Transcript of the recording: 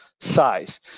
size